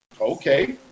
Okay